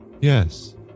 Yes